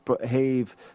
behave